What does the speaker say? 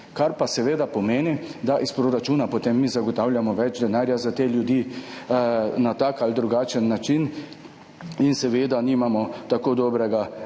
Kar pa seveda pomeni, da iz proračuna potem mi zagotavljamo več denarja za te ljudi na takšen ali drugačen način in seveda nimamo tako dobrega